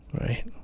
right